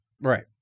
Right